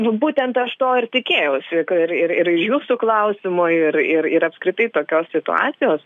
nu būtent aš to ir tikėjausi ir ir ir jūsų klausimo ir ir ir apskritai tokios situacijos